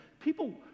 people